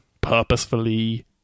purposefully